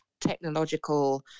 technological